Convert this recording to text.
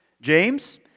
James